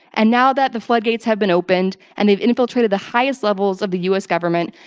and now that the floodgates have been opened, and they've infiltrated the highest levels of the u. s. government,